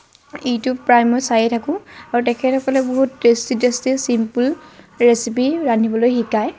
YouTube প্ৰায়ে মই চাই থাকো আৰু তেখেতসকলে বহুত টেষ্টি টেষ্টি চিম্পুল ৰেচিপি ৰান্ধিবলৈ শিকায়